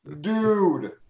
dude